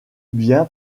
bien